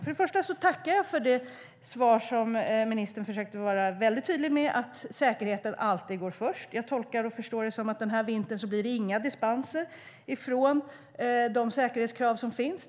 För det första tackar jag för det svar som ministern försökte vara tydlig med om att säkerheten alltid går först. Jag tolkar det som att det inte blir några dispenser den här vintern från de säkerhetskrav som finns.